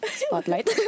spotlight